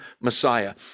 Messiah